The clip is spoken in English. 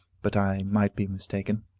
but i might be mistaken.